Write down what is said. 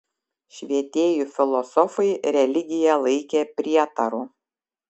švietėjų filosofai religiją laikė prietaru